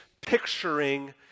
picturing